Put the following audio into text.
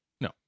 No